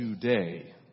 today